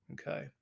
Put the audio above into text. Okay